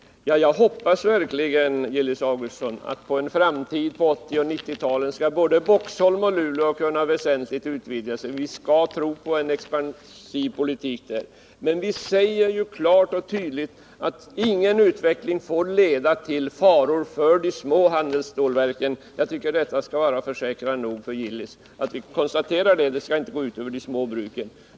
Jag hoppas verkligen, Gillis Augustsson, att både Boxholm och Luleå på 1980 och 1990-talen skall kunna utvidga väsentligt. Vi skall tro på en expansiv politik där. Men vi säger ju klart och tydligt att ingen utveckling får leda till faror för de små handelsstålverken. Jag tycker att detta borde vara en tillräcklig försäkran för Gillis Augustsson. Vi konstaterar att det inte skall gå ut över de små bruken.